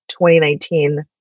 2019